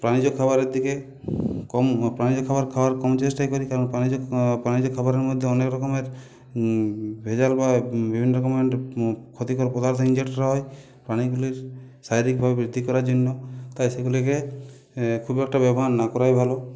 প্রাণীজ খাবারের দিকে কম প্রাণীজ খাবার খাওয়ার কম চেষ্টাই করি কেন প্রাণীজ প্রাণীজ খাবারের মধ্যে অনেক রকমের ভেজাল বা বিভিন্ন রকমের ক্ষতিকারক পদার্থ ইঞ্জেক্ট করা হয় প্রাণীগুলির শারীরিকভাবে বৃদ্ধি করার জন্য তাই সেগুলিকে খুব একটা ব্যবহার না করাই ভালো